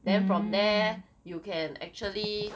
then from there you can actually